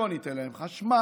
בואו ניתן להם חשמל,